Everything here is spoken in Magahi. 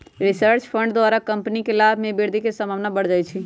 रिसर्च फंड द्वारा कंपनी के लाभ में वृद्धि के संभावना बढ़ जाइ छइ